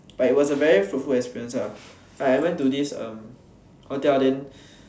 but it was a very fruitful experience lah like I went to this um hotel then